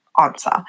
answer